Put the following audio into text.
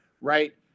right